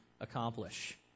accomplish